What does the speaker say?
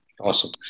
Awesome